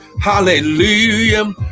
Hallelujah